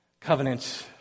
covenant